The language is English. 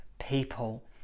people